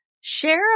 Share